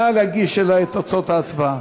נא להגיש לי את תוצאות ההצבעה.